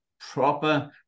proper